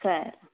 સારું